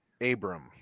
Abram